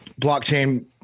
blockchain